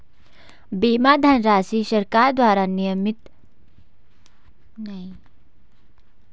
बीमा धनराशि सरकार के द्वारा न्यूनतम कितनी रखी गई है?